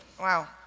Wow